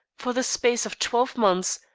for the space of twelve months,